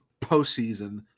postseason